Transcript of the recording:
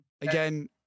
Again